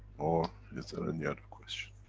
or, is there any other question.